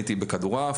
הייתי בכדור עף,